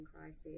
crisis